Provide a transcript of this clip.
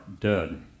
dead